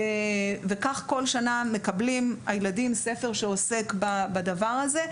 כך כל שנה מקבלים הילדים ספר שעוסק בנושא.